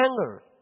anger